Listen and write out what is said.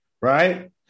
right